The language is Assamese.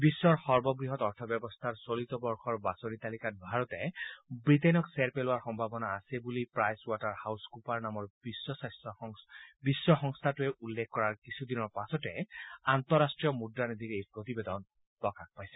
বিশ্ব সৰ্ববৃহৎ অৰ্থ ব্যৱস্থাৰ চলিত বৰ্ষৰ বাচনি তালিকাত ভাৰতে ৱিটেইনক চেৰ পেলোৱাৰ সম্ভাৱনাা আছে বুলি প্ৰাইচ ৱাটাৰাহাউছ কুপাৰ নামৰ বিশ্ব সংস্থাটোৱে উল্লেখ কৰাৰ কিছুদিনৰ পাছতে আন্তঃৰাষ্ট্ৰীয় মুদ্ৰানীধিৰ এই প্ৰতিবেদন প্ৰকাশ পাইছে